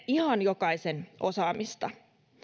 ihan jokaisen osaamista